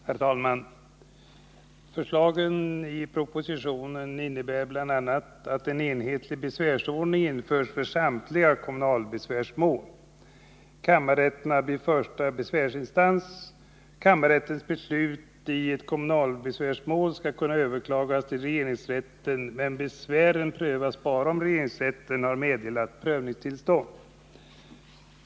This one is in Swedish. Herr talman! Förslagen i proposition 1979/80:105 innebär bl.a. att en enhetlig besvärsordning införs för samtliga kommunalbesvärsmål. Kammarrätterna blir första besvärsinstans. Kammarrättens beslut i ett kommunalbesvärsmål skall kunna överklagas till regeringsrätten, men besvären prövas bara om regeringsrätten har meddelat prövningstillstånd.